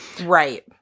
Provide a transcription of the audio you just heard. Right